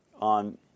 on